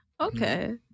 Okay